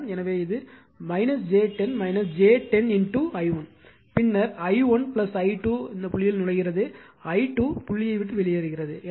எனவே இது j 10 j 10 i1 பின்னர் i1 i2 புள்ளியில் நுழைகிறது i2 புள்ளியை விட்டு வெளியேறுகிறது